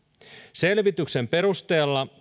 selvityksen perusteella